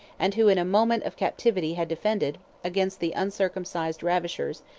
and who in a moment of captivity had defended, against the uncircumcised ravishers,